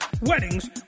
weddings